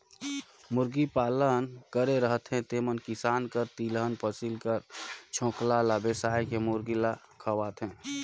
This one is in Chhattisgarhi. मुरगी पालन करे रहथें तेमन किसान कर तिलहन फसिल कर छोकला ल बेसाए के मुरगी ल खवाथें